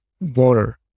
water